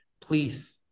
please